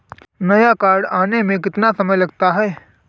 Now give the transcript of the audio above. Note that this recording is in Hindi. नया कार्ड आने में कितना समय लगता है?